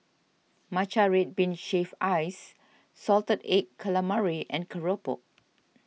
Matcha Red Bean Shaved Ice Salted Egg Calamari and Keropok